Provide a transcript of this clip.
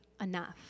enough